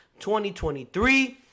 2023